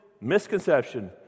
misconception